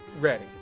ready